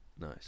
nice